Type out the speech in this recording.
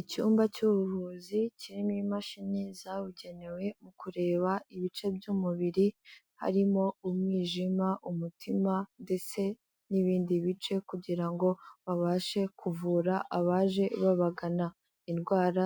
Icyumba cy'ubuvuzi kirimo imashini zabugenewe mu kureba ibice by'umubiri, harimo umwijima, umutima ndetse n'ibindi bice kugira ngo babashe kuvura abaje babagana indwara